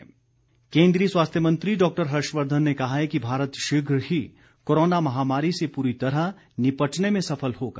केन्द्रीय मंत्री केन्द्रीय स्वास्थ्य मंत्री डॉक्टर हर्षवर्धन ने कहा है कि भारत शीघ्र ही कोरोना महामारी से पूरी तरह निपटने में सफल होगा